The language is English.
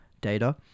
data